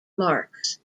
marks